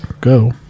go